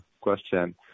question